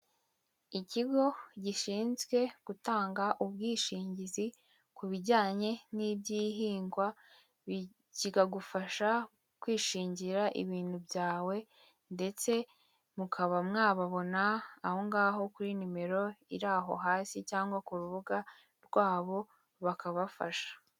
Ikigo gishinzwe gutanga ubwishingizi ku bijyanye n'ibyihingwa kikagufasha kwishingira ibintu byawe, ndetse mukaba mwababona aho ngaho kuri nimero iraho hasi, cyangwa ku rubuga rwabo bakabafasha.